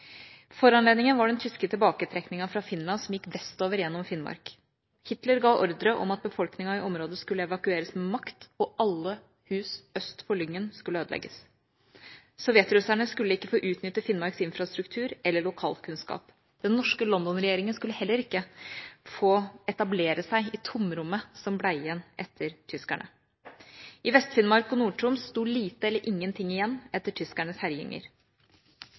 Foranledningen var den tyske tilbaketrekningen fra Finland, som gikk vestover gjennom Finnmark. Hitler ga ordre om at befolkningen i området skulle evakueres med makt, og at alle hus øst for Lyngen skulle ødelegges. Sovjetrusserne skulle ikke få utnytte Finnmarks infrastruktur eller lokalkunnskap. Den norske London-regjeringa skulle heller ikke få etablere seg i tomrommet som ble igjen etter tyskerne. I Vest-Finnmark og Nord-Troms sto lite eller ingenting igjen etter tyskernes herjinger.